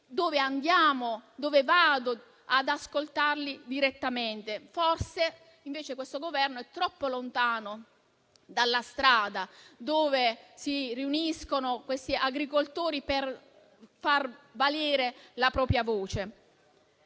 presidi, dove vado ad ascoltarli direttamente. Forse, invece, questo Governo è troppo lontano dalla strada, dove si riuniscono gli agricoltori per far valere la propria voce.